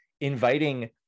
inviting